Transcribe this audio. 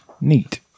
Neat